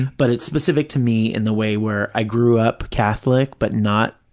but it's specific to me in the way where i grew up catholic but not,